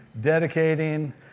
dedicating